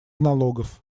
налогов